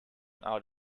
out